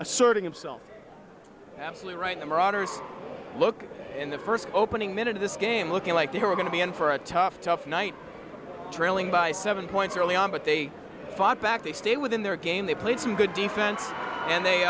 asserting himself absolutely right marauders look in the first opening minute of this game looking like they were going to be in for a tough tough night trailing by seven points early on but they fought back they stayed within their game they played some good defense and